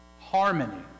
harmony